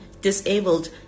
disabled